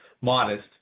modest